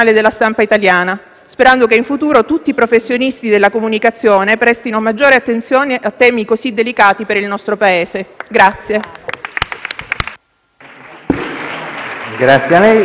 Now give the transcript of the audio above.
però i requisiti per garantire la paternità dell'elaborato, diversamente da quanto previsto in diverse procedure concorsuali di altre Regioni d'Italia, dove il codice a barre del cedolino dev'essere controfirmato.